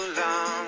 long